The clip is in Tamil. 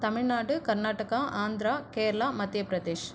தமிழ்நாடு கர்நாடகா ஆந்திரா கேரளா மத்தியபிரதேஷ்